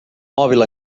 mòbil